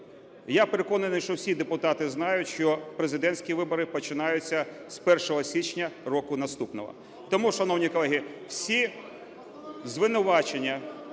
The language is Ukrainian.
Я переконаний, що всі депутати знають, що президентські вибори починаються з 1 січня року наступного. Тому, шановні колеги, всі звинувачення